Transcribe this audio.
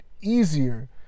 easier